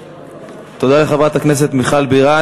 תודה לחברת הכנסת מיכל בירן.